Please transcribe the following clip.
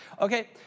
Okay